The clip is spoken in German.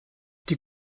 die